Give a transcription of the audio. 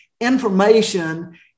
information